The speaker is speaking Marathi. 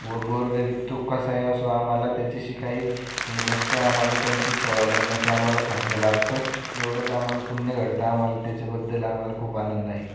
व गोरगरीब तो कसाही असो आम्हाला त्याच्याशी काही हे नसतं आम्हाला त्यांची सेवा करण्याचे आम्हाला भाग्य लाभतं एवढंच आम्हाला पुण्य घडतं आम्हाला त्याच्याबद्दल आम्हाला खूप आनंद आहे